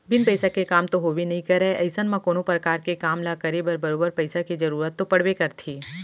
बिन पइसा के काम तो होबे नइ करय अइसन म कोनो परकार के काम ल करे बर बरोबर पइसा के जरुरत तो पड़बे करथे